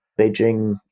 Beijing